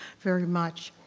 very much.